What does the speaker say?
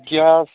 gas